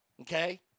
Okay